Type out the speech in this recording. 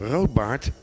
Roodbaard